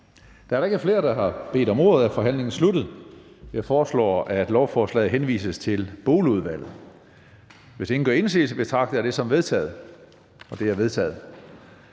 Da der ikke er flere, der har bedt om ordet, er forhandlingen sluttet. Jeg foreslår, at lovforslaget henvises til Boligudvalget. Hvis ingen gør indsigelse, betragter jeg dette som vedtaget. Det er vedtaget.